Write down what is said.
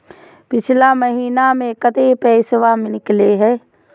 पिछला महिना मे कते पैसबा निकले हैं?